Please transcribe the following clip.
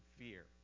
fear